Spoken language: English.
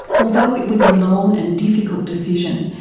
although it was a long and difficult decision,